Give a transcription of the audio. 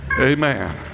amen